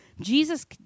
Jesus